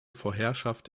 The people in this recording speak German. vorherrschaft